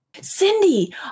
Cindy